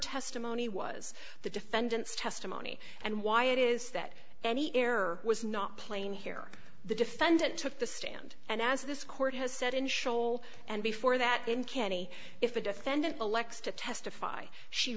testimony was the defendant's testimony and why it is that any error was not plain here the defendant took the stand and as this court has said in shoal and before that in canny if a defendant elects to testify she